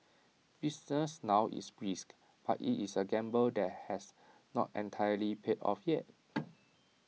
business now is brisk but IT is A gamble that has not entirely paid off yet